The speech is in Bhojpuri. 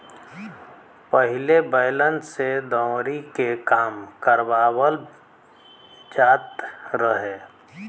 पहिले बैलन से दवरी के काम करवाबल जात रहे